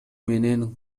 менен